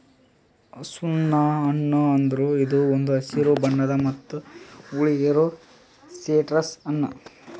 ಸುಣ್ಣ ಹಣ್ಣ ಅಂದುರ್ ಇದು ಒಂದ್ ಹಸಿರು ಬಣ್ಣದ್ ಮತ್ತ ಹುಳಿ ಇರೋ ಸಿಟ್ರಸ್ ಹಣ್ಣ